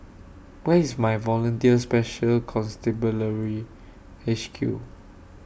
Where IS My Volunteer Special Constabulary H Q